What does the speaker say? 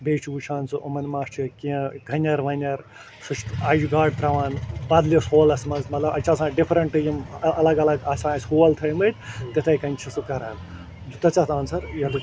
بیٚیہِ چھُ وٕچھان سُہ یِمَن ما چھُ کیٚنہہ گَنٮ۪ر وَنٮ۪ر سُہ چھُ اَجہِ گاڈٕ ترٛاوان بدلِس پولَس منٛز مطلب اَتہِ چھِ آسان ڈِفرنٛٹ یِم اَلگ اَلگ آسان اَسہِ ہول تھٲوۍمٕتۍ تِتھَے کٔنۍ چھُ سُہ کران دیُتتھا ژےٚ اَتھ آنسر